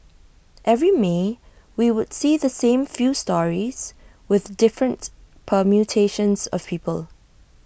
every may we would see the same few stories with different permutations of people